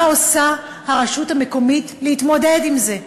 מה עושה הרשות המקומית להתמודד עם זה?